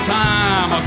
time